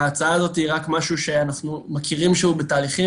ההצעה היא רק משהו שאנחנו מכירים שהוא בתהליכים.